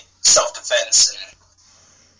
self-defense